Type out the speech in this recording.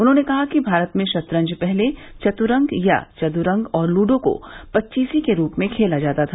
उन्होंने कहा कि भारत में शतरंज पहले चत्रंग या चद्रंग और लूडो को पच्चीसी के रूप में खेला जाता था